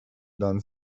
dan